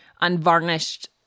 unvarnished